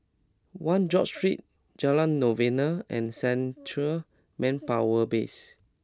One George Street Jalan Novena and Central Manpower Base